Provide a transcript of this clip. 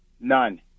None